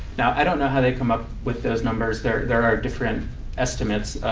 now, i don't know how they come up with those numbers. there there are different estimates.